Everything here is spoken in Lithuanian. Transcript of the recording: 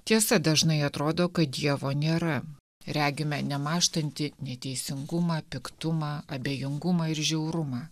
tiesa dažnai atrodo kad dievo nėra regime nemąžtantį neteisingumą piktumą abejingumą ir žiaurumą